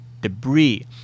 debris